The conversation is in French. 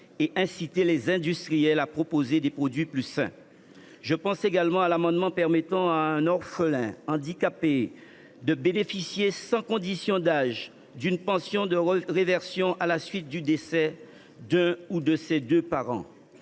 et d’inciter les industriels à proposer des produits plus sains. Je pense également à l’amendement permettant à un orphelin handicapé de bénéficier, sans condition d’âge, d’une pension de réversion à la suite du décès d’un ou de ses deux parents.